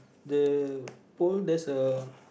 the pole that's a